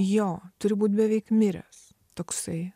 jo turi būt beveik miręs toksai